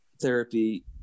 therapy